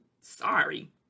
Sorry